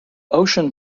ocean